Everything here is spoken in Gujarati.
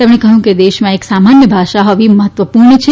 તેમણે કહ્યું કે દેશમાં એક સામાન્ય ભાષા હોવી મહત્વપૂર્કા છે